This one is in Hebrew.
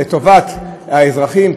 לטובת האזרחים,